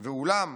ואולם,